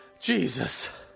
Jesus